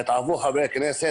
התערבו חברי כנסת.